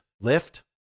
lift